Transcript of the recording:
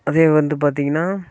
அதே வந்து பார்த்தீங்கன்னா